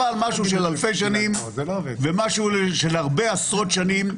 אבל משהו של אלפי שנים ומשהו של הרבה עשרות שנים,